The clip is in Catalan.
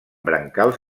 brancals